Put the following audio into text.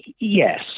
yes